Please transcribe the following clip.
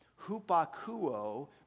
Hupakuo